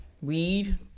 Weed